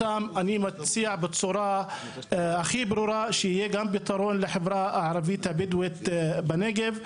ולכן אני מציע בצורה הכי ברורה שיהיה גם פתרון לחברה הבדואית בנגב.